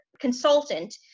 consultant